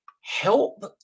help